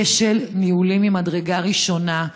כשל ניהולי ממדרגה ראשונה.